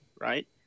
right